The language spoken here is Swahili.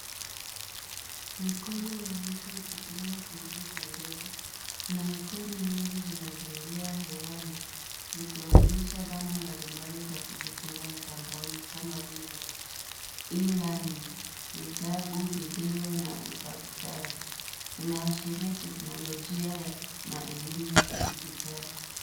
Mikono ya mtu ikitumia kompyuta ndogo. Kuna aikoni mbalimbali zikielea hewani, zikiwakilisha dhana mbalimbali za kujifunza mtandaoni kama vile e-learning , vitabu, video na utafutaji. Inaashiria teknolojia na elimu ya kidijitali.